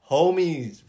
Homies